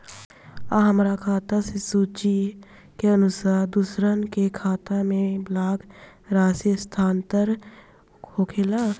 आ हमरा खाता से सूची के अनुसार दूसरन के खाता में बल्क राशि स्थानान्तर होखेला?